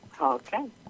Okay